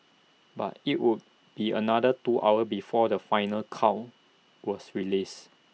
but IT would be another two hours before the final count was released